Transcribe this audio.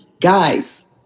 guys